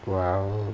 !wow!